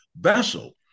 vessel